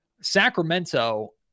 Sacramento